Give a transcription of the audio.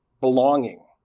belonging